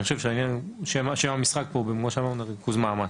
שם המשחק הוא ריכוז מאמץ.